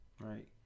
Right